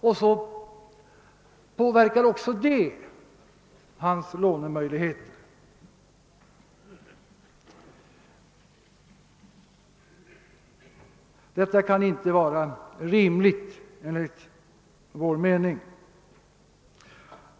Även det påverkar hans lånemöjligheter. Detta kan inte vara rimligt enligt vår mening.